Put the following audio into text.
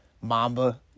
Mamba